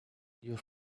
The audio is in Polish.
już